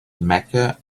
mecca